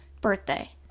birthday